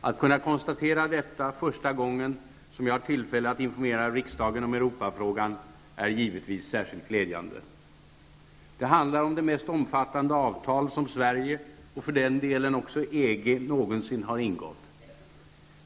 Att kunna konstatera detta första gången som jag har tillfälle att informera riksdagen om Europafrågan är givetvis särskilt glädjande. Det handlar om det mest omfattande avtal som Sverige, och för den delen också EG, någonsin har ingått.